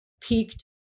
peaked